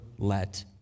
let